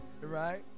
Right